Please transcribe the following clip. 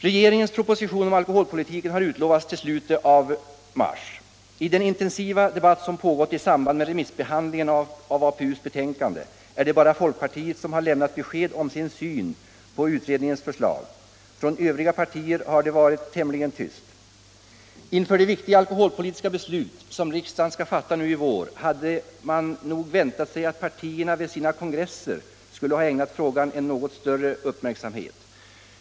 Regeringens proposition om alkoholpolitiken har utlovats till i slutet av mars. I den intensiva debatt som pågått i samband med remissbehandlingen av APU:s betänkande är det bara folkpartiet som har lämnat besked om sin syn på utredningens förslag. Från övriga partier har det varit tämligen tyst. Inför de viktiga alkoholpolitiska beslut som riksdagen skall fatta nu i vår hade man nog väntat sig att partierna vid sina kongresser skulle ha ägnat frågan en något större uppmärksamhet.